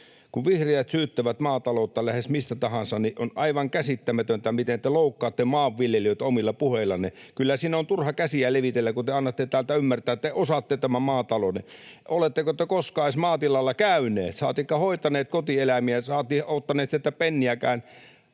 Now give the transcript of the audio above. Kun vihreät syyttävät maataloutta lähes mistä tahansa, niin on aivan käsittämätöntä, miten te loukkaatte maanviljelijöitä omilla puheillanne. Kyllä siinä on turha käsiä levitellä, kun te annatte täältä ymmärtää, että te osaatte tämän maatalouden. Oletteko te koskaan edes maatilalla käyneet, saatikka hoitaneet kotieläimiä, saati ottaneet sieltä penniäkään